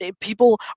people